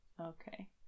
Okay